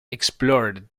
explored